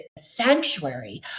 sanctuary